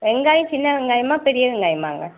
வெங்காயம் சின்ன வெங்காயமா பெரிய வெங்காயமாங்க